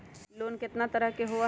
Loan केतना तरह के होअ हई?